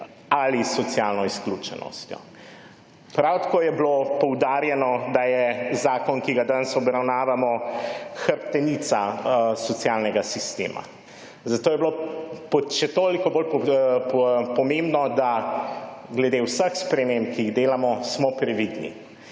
ali socialno izključenostjo. Prav tako je bilo poudarjeno, da je zakon, ki ga danes obravnavamo, hrbtenica socialnega sistema, zato je še toliko bolj pomembno, da glede vseh sprememb, ki jih delamo, smo previdni,